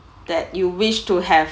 that you wish to have